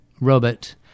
Robert